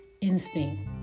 instinct